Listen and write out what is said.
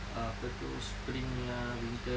uh apa tu spring lah winter